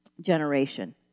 generation